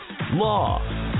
law